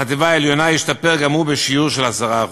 בחטיבה העליונה השתפר גם הוא, ב-10%.